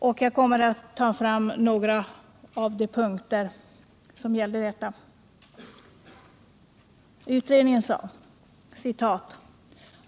Vad detta innebär angav utredningen i några punkter. Jag kommer att citera en del av dem.